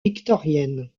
victorienne